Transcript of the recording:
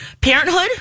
parenthood